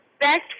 best